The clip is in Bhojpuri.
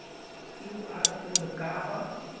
क्यू.आर कोड का ह?